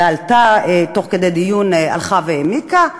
עלה תוך כדי דיון, הלכה והעמיקה.